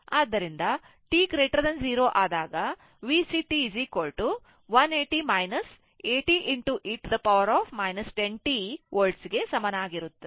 ಆದ್ದರಿಂದ t 0 ಆದಾಗ VCt 180 80e 10 t Volt ಗೆ ಸಮನಾಗಿರುತ್ತದೆ